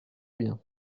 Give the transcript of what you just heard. bien